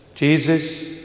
Jesus